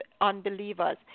unbelievers